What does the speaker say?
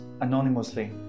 anonymously